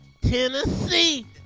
Tennessee